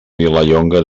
vilallonga